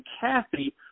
Kathy